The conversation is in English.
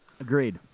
Agreed